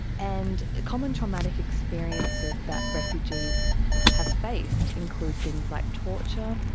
and common traumatic experiences that refugees have faced include things like torture,